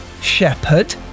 Shepherd